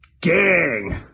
gang